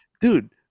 dude